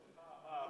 היושב-ראש אמר בפתיחה